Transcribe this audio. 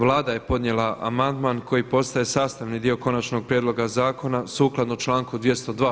Vlada je podnijela amandman koji postaje sastavni dio konačnog prijedloga zakona, sukladno članku 202.